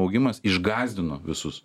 augimas išgąsdino visus